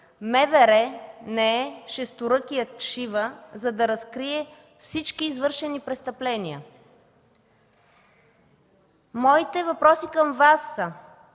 „МВР не е шесторъкият Шива, за да разкрие всички извършени престъпления”. Моите въпроси към Вас са: